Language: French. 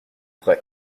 prêt